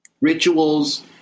rituals